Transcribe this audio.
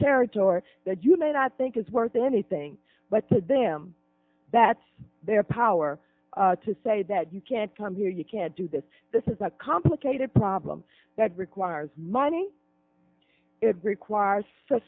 territory that you may not think is worth anything but to them that's their power to say that you can't come here you can't do this this is a complicated problem that requires money it requires